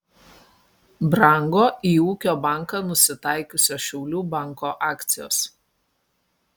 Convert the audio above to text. brango į ūkio banką nusitaikiusio šiaulių banko akcijos